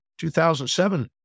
2007